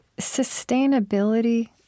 sustainability